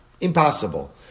Impossible